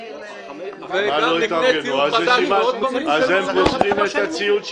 --- אז הם פוסלים את הציוד שלהם.